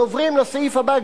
ועוברים לסעיף הבא.